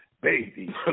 baby